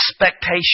expectation